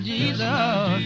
Jesus